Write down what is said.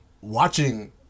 watching